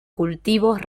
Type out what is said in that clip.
cultivos